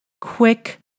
quick